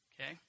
Okay